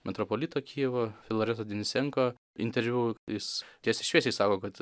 metropolito kijevo filareto dinisenko interviu jis tiesiai šviesiai sako kad